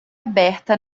aberta